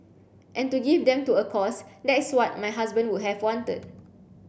and to give them to a cause that's what my husband would have wanted